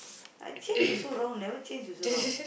like change also wrong never change also wrong